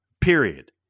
period